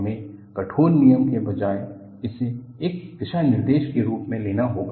हमें कठोर नियम के बजाय इसे एक दिशानिर्देश के रूप में लेना होगा